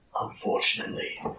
unfortunately